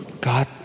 God